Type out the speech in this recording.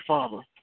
Father